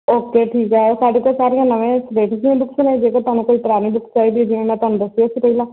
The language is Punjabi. ਓਕੇ ਠੀਕ ਹੈ ਸਾਡੇ ਕੋਲ ਸਾਰੀਆਂ ਨਵੇਂ ਸਿਲੇਬਸ ਦੀਆਂ ਬੁਕਸ ਨੇ ਜੇਕਰ ਤੁਹਾਨੂੰ ਕੋਈ ਪੁਰਾਣੀ ਬੁਕਸ ਚਾਹੀਦੀਆਂ ਜਿਵੇਂ ਮੈਂ ਤੁਹਾਨੂੰ ਦੱਸਿਆ ਸੀ ਪਹਿਲਾਂ